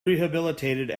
rehabilitated